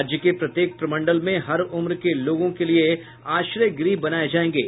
राज्य के प्रत्येक प्रमंडल में हर उम्र के लोगों के लिये आश्रय गृह बनाये जायेंगे